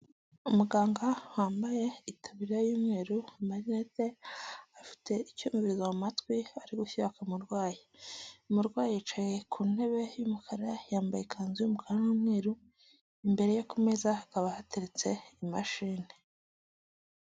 Umuganga wambaye itaburiya y'umweru, amarinete, afite icyumvirizo mu matwi ari gushyira ku umurwayi. Umurwayi yicaye ku ntebe y'umukara, yambaye ikanzu y'umukara n'umweru, imbere ye ku meza hakaba hateretse imashini.